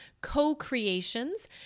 co-creations